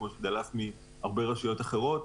כמו שדלף מהרבה רשויות אחרות.